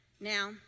Now